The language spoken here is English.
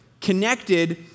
connected